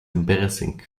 embarrassing